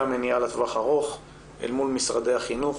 המניעה לטווח ארוך אל מול משרדי החינוך,